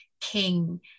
king